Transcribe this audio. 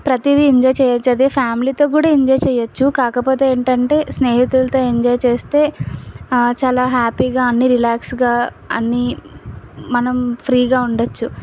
ప్రతీదీ ఎంజాయ్ చేయొచ్చు అదే ఫ్యామిలీతో కూడా ఎంజాయ్ చేయొచ్చు కాకపోతే ఏంటంటే స్నేహితుతుల్తో ఎంజాయ్ చేస్తే చాలా హ్యాపీగా అన్నీ రిలాక్స్గా అన్నీ మనం ఫ్రీగా ఉండొచ్చు